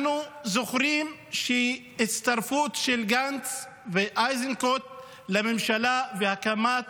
אנחנו זוכרים שבהצטרפות של גנץ ואיזנקוט לממשלה והקמת